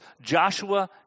Joshua